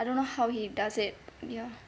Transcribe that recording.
I don't know how he does it ya